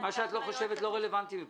מה שאת לא חושבת לא רלוונטי מבחינתי.